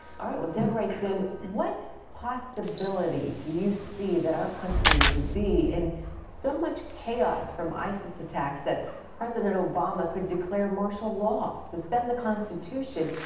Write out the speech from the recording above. ah deb writes in, what possibility do you see that our country would be in so much chaos from isis attacks that president obama could declare marshal law, suspend the constitution,